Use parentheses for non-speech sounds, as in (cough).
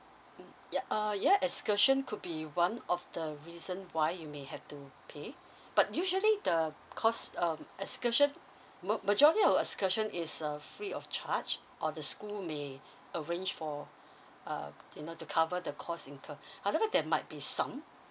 mm yup err ya excursion could be one of the reason why you may have to pay but usually the cause um excursion ma~ majority of excursion is uh free of charge or the school may arrange for uh you know to cover the cost incur (breath) however there might be some